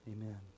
Amen